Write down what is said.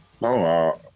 No